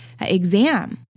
exam